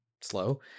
slow